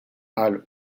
halle